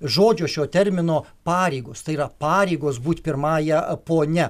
žodžio šio termino pareigos tai yra pareigos būt pirmąja ponia